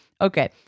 Okay